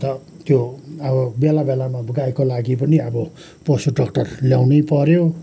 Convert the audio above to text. अन्त त्यो अब बेला बेलामा गाईको लागि पनि अब पशु डक्टर ल्याउनै पर्यो